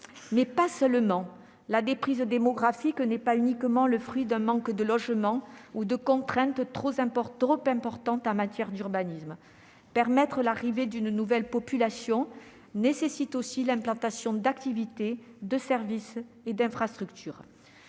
mais pas seulement. La déprise démographique ne résulte pas uniquement d'un manque de logements ou de contraintes trop importantes en matière d'urbanisme. Permettre l'arrivée d'une nouvelle population nécessite aussi l'implantation d'activités, de services et d'infrastructures.